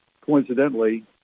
coincidentally